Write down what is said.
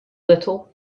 little